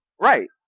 Right